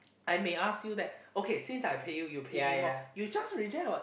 I may ask you that okay since I pay you you pay me more you just reject what